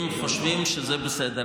אם הם חושבים שזה בסדר,